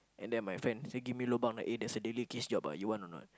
and then my friend say give me lobang eh there's a daily case job ah you want or not